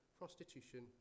prostitution